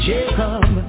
Jacob